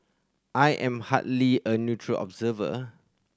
I am hardly a neutral observer